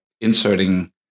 inserting